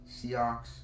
Seahawks